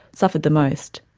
suffered the most.